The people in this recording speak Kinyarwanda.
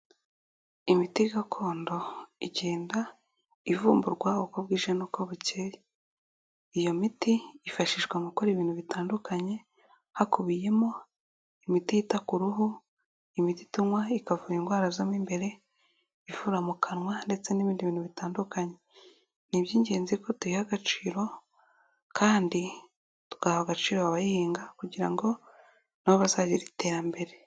Imiti gakondo igenda ivumburwa uko bwije n'uko bucyeye, iyo miti yifashishwa mu gukora ibintu bitandukanye hakubiyemo imiti yita ku ruhu, imiti ituma ikavura indwara zo mo imbere, ivura mu kanwa ndetse n'ibindi bintu bitandukanye, ni iby'ingenzi ko tuyiha agaciro kandi tugaha agaciro abayihinga kugira ngo na bo bazagire iterambere.